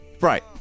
Right